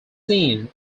seen